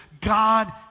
God